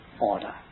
order